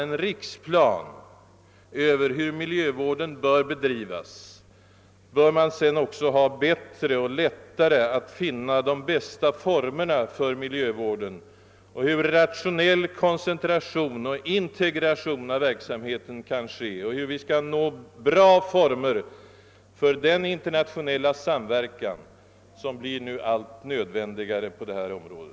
En riksplan för miljövårdens bedrivande bör kunna underlätta strävandena att finna de bästa formerna för miljövården och för en rationell koncentration och integration av denna verksamhet liksom arbetet på att skapa bra former för den internationella sam verkan, som blir allt nödvändigare på detta område.